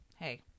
hey